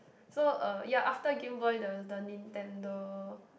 so uh ya after GameBoy there was the Nintendo